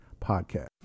Podcast